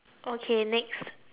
okay next